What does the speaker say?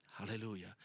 Hallelujah